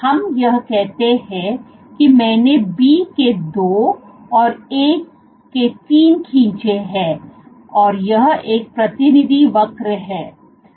हम यह कहे कि मैंने B के दो और A के 3 खींचे हैं और यह एक प्रतिनिधि वक्र हैं